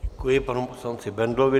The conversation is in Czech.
Děkuji panu poslanci Bendlovi.